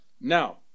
Now